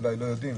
אולי לא יודעים,